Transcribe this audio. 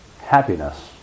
happiness